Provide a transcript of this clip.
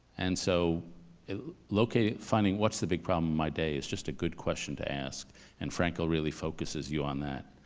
and so locating, finding what's the big problem of my day is just a good question to ask and frankl really focuses you on that.